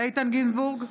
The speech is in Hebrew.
איתן גינזבורג,